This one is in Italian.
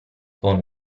con